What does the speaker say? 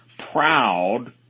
proud